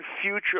future